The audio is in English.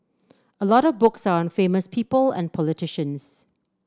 a lot of books are on famous people and politicians